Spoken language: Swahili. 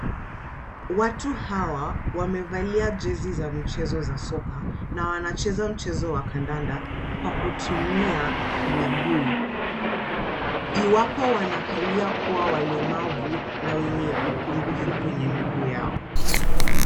Watu hawa wamevalia jezi za michezo za soka na wanacheza mchezo wa kandanda kwa kutumia miguu. Iwapo wanakalia kuwa walemavu na wenye upungufu kwenye miguu yao.